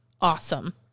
Awesome